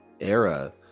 era